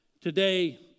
Today